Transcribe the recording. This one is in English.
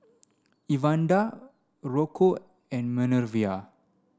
Evander Rocco and Minervia